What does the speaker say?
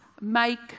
make